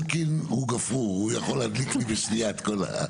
הוא כמו גפרור הוא יכול להדליק בשנייה את הכול,